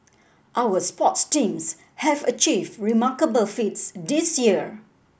our sports teams have achieved remarkable feats this year